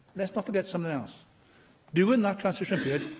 let's not forget something else during that transition period,